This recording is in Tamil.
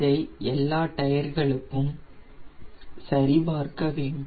இதை எல்லா டயர்களுக்கும் சரிபார்க்கவேண்டும்